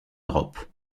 europe